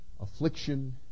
affliction